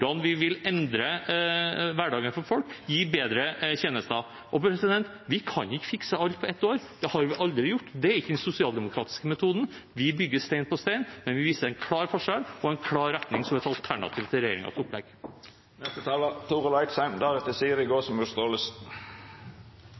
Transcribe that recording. vi vil endre hverdagen for folk, gi bedre tjenester. Vi kan ikke fikse alt på ett år. Det har vi aldri gjort, det er ikke den sosialdemokratiske metoden. Vi bygger stein på stein, men vi viser en klar forskjell og en klar retning som et alternativ til